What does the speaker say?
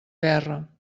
guerra